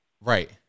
Right